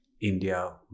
India